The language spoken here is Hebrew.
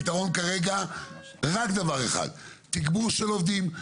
הפתרון כרגע הוא רק דבר אחד תגבור של עובדים,